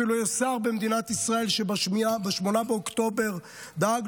אפילו יש שר במדינת ישראל שב-8 באוקטובר דאג